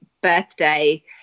birthday